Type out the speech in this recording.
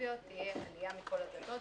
האינטנסיביות תהיה עלייה מכל הדלתות,